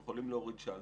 הם יכולים להוריד שלטר.